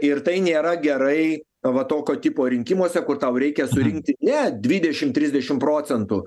ir tai nėra gerai va tokio tipo rinkimuose kur tau reikia surinkti ne dvidešim trisdešim procentų